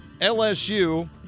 LSU